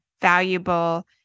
valuable